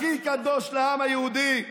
הכי קדוש לעם היהודי,